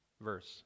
verse